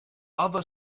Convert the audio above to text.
other